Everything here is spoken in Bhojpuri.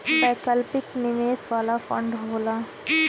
वैकल्पिक निवेश वाला फंड होला